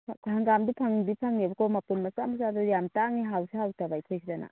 ꯍꯪꯒꯥꯝꯗꯤ ꯐꯪꯗꯤ ꯐꯪꯉꯦꯕꯀꯣ ꯃꯄꯨꯟ ꯃꯆꯥ ꯃꯆꯥꯗꯣ ꯌꯥꯝ ꯇꯥꯡꯏ ꯍꯥꯎꯁꯨ ꯍꯥꯎꯇꯕ ꯑꯩꯈꯣꯏ ꯁꯤꯗꯅ